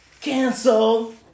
cancel